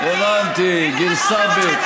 אה, הבנתי, אוה, גרסה ב',